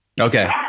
Okay